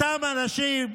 אותם אנשים,